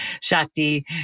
Shakti